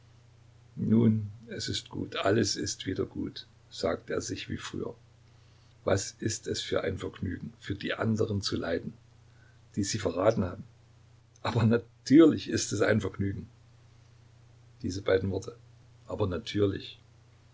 nun es ist gut alles ist wieder gut sagte er sich wie früher was ist es für ein vergnügen für die anderen zu leiden die sie verraten haben aber natürlich ist es ein vergnügen diese beiden worte aber natürlich